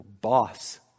boss